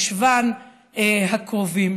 חשוון הקרוב.